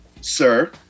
sir